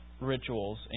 rituals